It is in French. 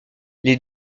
les